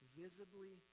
visibly